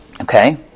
Okay